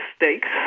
mistakes